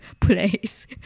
place